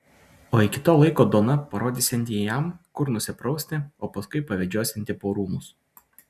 o iki to laiko dona parodysianti jam kur nusiprausti o paskui pavedžiosianti po rūmus